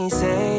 say